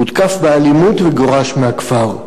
הותקף באלימות וגורש מהכפר.